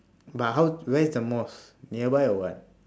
but how where is the mosque nearby or what